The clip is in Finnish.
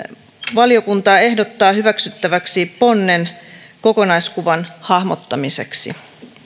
valiokunta ehdottaa hyväksyttäväksi ponnen kokonaiskuvan hahmottamiseksi